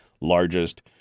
largest